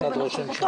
הציבורית.